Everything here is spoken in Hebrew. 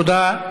תודה.